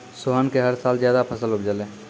सोहन कॅ हर साल स ज्यादा फसल उपजलै